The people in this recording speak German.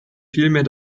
vielmehr